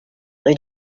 rue